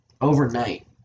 overnight